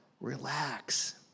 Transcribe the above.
Relax